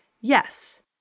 Yes